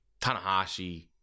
Tanahashi